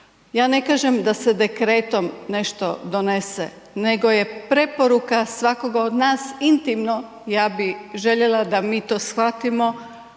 Ja ne kažem da se dekretom nešto donese, nego je preporuka svakoga od nas intimno ja bi željela da mi to shvatimo